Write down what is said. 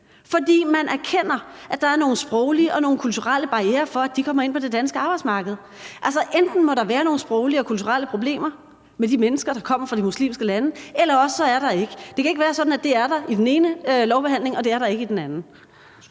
fordi man erkender, at der er nogle sproglige og nogle kulturelle barrierer for, at de kommer ind på det danske arbejdsmarked. Altså, enten må der være nogle sproglige og kulturelle problemer med de mennesker, der kommer fra de muslimske lande, eller også er der ikke. Det kan ikke være sådan, at det er der i den ene lovbehandling, og at det er der ikke i den anden.